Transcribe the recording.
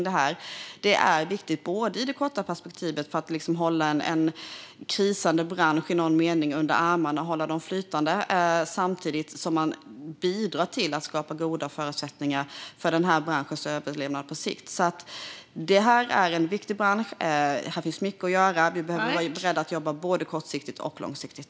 Detta är viktigt i ett kort perspektiv, för att i någon mening hålla en krisande bransch under armarna - hålla den flytande - samtidigt som man bidrar till att skapa goda förutsättningar för branschens överlevnad på sikt. Det här är en viktig bransch. Här finns mycket att göra. Vi behöver vara beredda att jobba både kortsiktigt och långsiktigt.